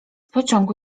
pociągu